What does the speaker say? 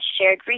shared